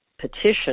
petition